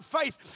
faith